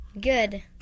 Good